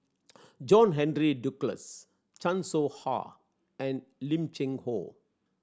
John Henry Duclos Chan Soh Ha and Lim Cheng Hoe